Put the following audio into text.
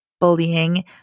bullying